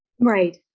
Right